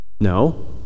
No